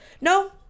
No